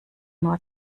nur